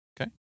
Okay